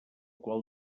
qual